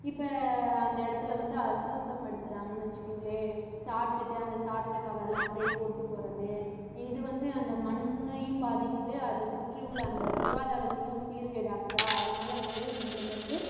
இப்போ அந்த இடத்துல வந்து அசுத்தப்படுத்துறாங்கன்னு வச்சிக்கிங்களேன் சாப்பிடுட்டு அந்த சாப்பிட கவரெல்லாம் அப்படியே போட்டு போகறது இது வந்து அந்த மண்ணையும் பாதிக்குது அதை சுற்றி உள்ள அந்த சுகாதாரத்தையும் சீர்கேடாக்குதா அதுனாலாம் வந்து நம்மளுக்கு வந்து